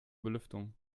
belüftung